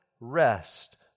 rest